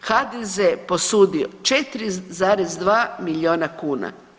HDZ posudio 4,2 milijuna kuna.